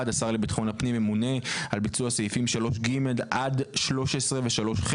(1)השר לביטחון הפנים ממונה על ביצוע סעיפים 3ג עד 3ו ו-3ח,